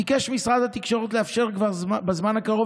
ביקש משרד התקשורת לאפשר כבר בזמן הקרוב